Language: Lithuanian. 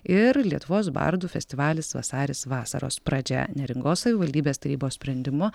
ir lietuvos bardų festivalis vasaris vasaros pradžia neringos savivaldybės tarybos sprendimu